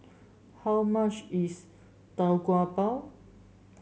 how much is Tau Kwa Pau